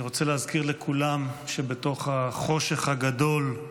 אני רוצה להזכיר לכולם שבתוך החושך הגדול,